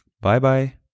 Bye-bye